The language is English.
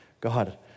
God